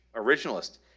originalist